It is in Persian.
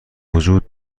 وجود